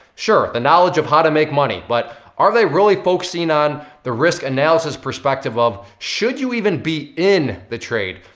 sure, the knowledge of how to make money, but are they really focusing on the risk analysis perspective of should you even be in the trade?